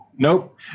nope